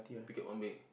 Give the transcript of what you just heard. ticket one bay